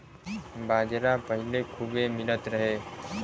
बाजरा पहिले खूबे मिलत रहे